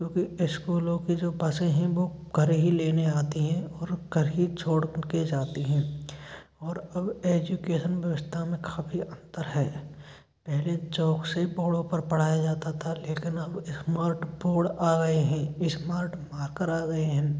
क्योंकि स्कूलों की जो बसें हैं वो घर ही लेने आती हैं और घर ही छोड़ कर जाती हैं और अब एजुकेसन व्यवस्था में काफ़ी अंतर है पहले चॉक से पाैड़ों पर पढ़ाया जाता था लेकिन अब इस्मार्ट बोर्ड आ गए हैं इस्मार्ट मार्कर आ गए हैं